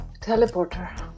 teleporter